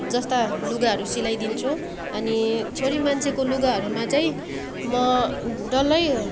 जस्ता लुगाहरू सिलाइदिन्छु अनि छोरी मान्छेको लुगाहरूमा चाहिँ म डल्लै